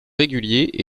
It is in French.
régulier